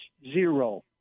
zero